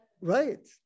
Right